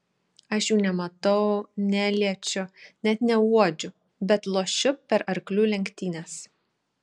aš jų nematau neliečiu net neuodžiu bet lošiu per arklių lenktynes